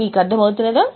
మీకు అర్థం అవుతుందా